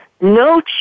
No